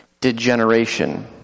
Degeneration